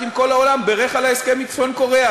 עם כל העולם בירך על ההסכם עם צפון-קוריאה,